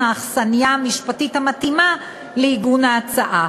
האכסניה המשפטית המתאימה לעיגון ההצעה.